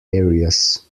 areas